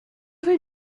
rue